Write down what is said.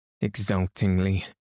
exultingly